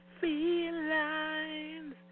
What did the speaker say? Felines